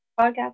podcast